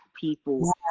people